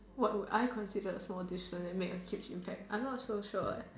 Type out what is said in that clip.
what would I consider a small decision that made a huge impact I'm not so sure what